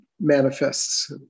manifests